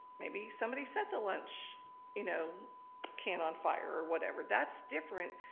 maybe somebody set the lunch you know can on fire or whatever. that's different,